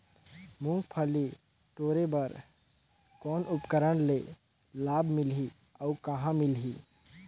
मुंगफली टोरे बर कौन उपकरण ले लाभ मिलही अउ कहाँ मिलही?